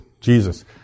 Jesus